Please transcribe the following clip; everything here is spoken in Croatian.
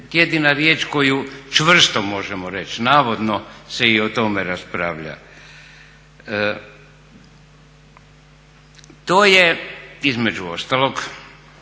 jedina riječ koju možemo čvrsto reći, navodno se i o tome raspravlja. To je između ostalog,